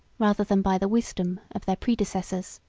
rather than by the wisdom, of their predecessors.